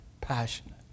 passionate